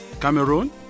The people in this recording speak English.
Cameroon